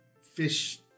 fish